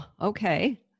okay